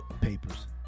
papers